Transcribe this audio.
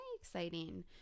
exciting